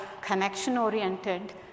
connection-oriented